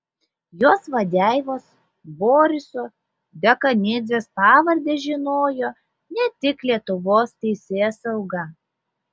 jos vadeivos boriso dekanidzės pavardę žinojo ne tik lietuvos teisėsauga